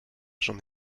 j’en